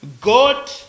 God